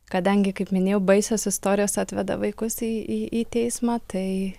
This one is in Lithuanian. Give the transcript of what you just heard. kadangi kaip minėjau baisios istorijos atveda vaikus į į į teismą tai